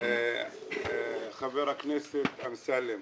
חבר הכנסת אמסלם,